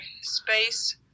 space